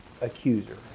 accuser